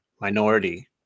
minority